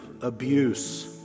abuse